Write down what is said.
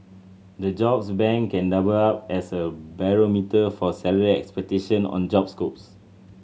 the jobs bank can double up as a barometer for salary expectation on job scopes